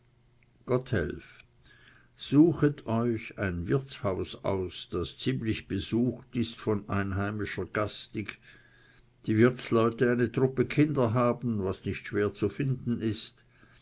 gotthelf suchet euch ein wirtshaus aus das ziemlich besucht ist von einheimischer gastig die wirtsleute eine truppe kinder haben was nicht schwer zu finden ist